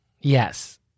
Yes